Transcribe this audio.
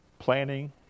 Planning